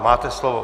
Máte slovo.